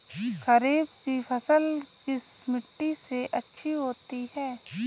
खरीफ की फसल किस मिट्टी में अच्छी होती है?